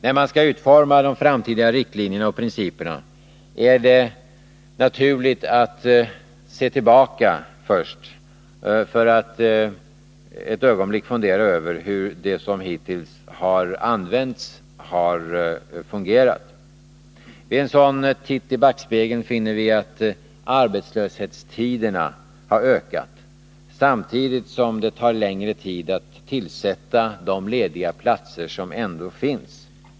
När man skall utforma de framtida riktlinjerna och principerna är det naturligt att först se tillbaka, för att ett ögonblick fundera över hur de medel som hittills har använts har fungerat. Vid en sådan titt i backspegeln finner vi att arbetslöshetstiderna har ökat, samtidigt som det tar längre tid att tillsätta de lediga platser som ändå finns.